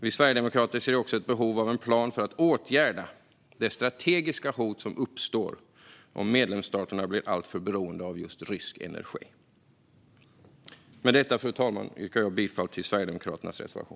Vi sverigedemokrater ser också ett behov av en plan för att åtgärda det strategiska hot som uppstår om medlemsstaterna blir alltför beroende av just rysk energi.